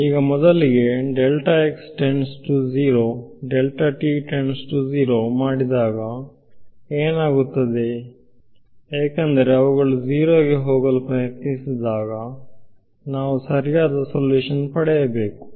ಈಗ ಮೊದಲಿಗೆ ಮಾಡಿದಾಗ ಏನಾಗುತ್ತದೆ ಎಂದು ಮೊದಲು ಪರಿಶೀಲಿಸೋಣ ಏಕೆಂದರೆ ಅವುಗಳು 0 ಗೆ ಹೋಗಲು ಪ್ರಯತ್ನಿಸಿದಾಗ ನಾನು ಸರಿಯಾದ ಸೊಲ್ಯೂಷನ್ ಪಡೆಯಬೇಕು